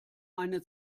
eine